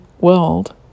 world